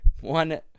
one